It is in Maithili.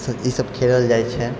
ई सभ खेलल जाइ छै